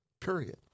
period